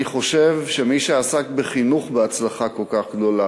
אני חושב שמי שעסק בחינוך בהצלחה כל כך גדולה